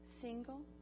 single